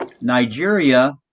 Nigeria